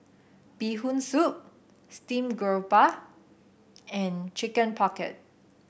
Bee Hoon Soup Steamed Garoupa and Chicken Pocket